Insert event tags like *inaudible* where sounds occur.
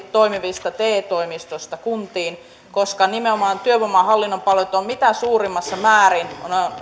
*unintelligible* toimivista te toimistoista kuntiin koska nimenomaan työvoimahallinnon palvelut ovat mitä suurimmassa määrin